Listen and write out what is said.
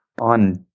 on